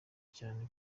cyane